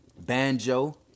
banjo